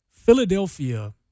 Philadelphia